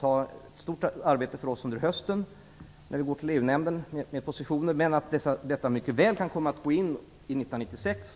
sade, att bli ett stort arbete för oss under hösten när regeringen går till EU-nämnden med positioner. Detta arbete kan mycket väl komma att pågå in i år 1996.